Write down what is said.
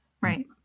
Right